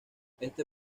este